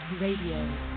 Radio